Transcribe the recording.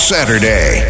Saturday